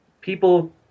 people